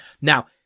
Now